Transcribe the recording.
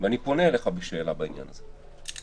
ואני פונה אליך בשאלה בעניין הזה,